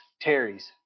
Terry's